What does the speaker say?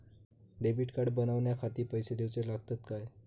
Debit card बनवण्याखाती पैसे दिऊचे लागतात काय?